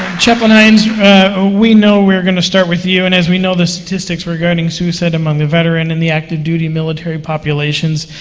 and and ah we know we're going to start with you, and as we know the statistics regarding suicide among the veteran and active duty military populations,